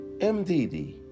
MDD